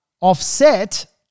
offset